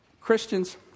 Christians